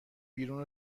بیرون